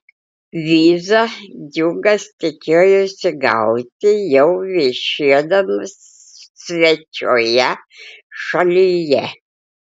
vizą džiugas tikėjosi gauti jau viešėdamas svečioje šalyje